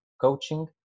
coaching